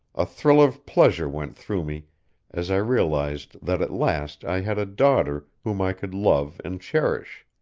a thrill of pleasure went through me as i realized that at last i had a daughter whom i could love and cherish.